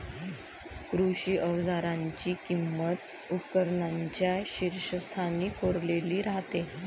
कृषी अवजारांची किंमत उपकरणांच्या शीर्षस्थानी कोरलेली राहते